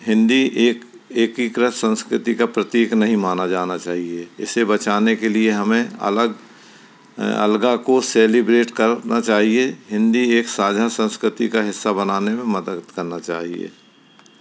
हिन्दी एक एकीकृत संस्कृति का प्रतीक नहीं माना जाना चाहिए इसे बचाने के लिए हमें अलग अलग को सेलिब्रेट करना चाहिए हिन्दी एक साझा संस्कृति का हिस्सा बनाने में मदद करना चाहिए